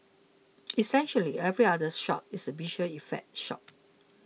essentially every other shot is a visual effect shot